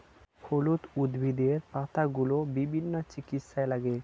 হলুদ উদ্ভিদের পাতাগুলো বিভিন্ন চিকিৎসায় লাগে